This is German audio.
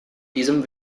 diesem